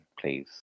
please